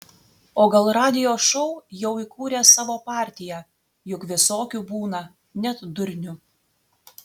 o gal radijo šou jau įkūrė savo partiją juk visokių būna net durnių